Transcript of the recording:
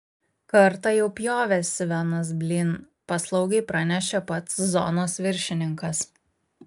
kartą jau pjovėsi venas blin paslaugiai pranešė pats zonos viršininkas